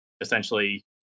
essentially